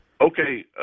Okay